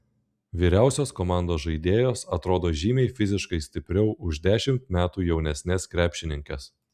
vyriausios komandos žaidėjos atrodo žymiai fiziškai stipriau už dešimt metų jaunesnes krepšininkes